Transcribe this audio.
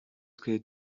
twe